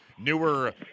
newer